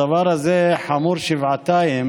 הדבר הזה חמור שבעתיים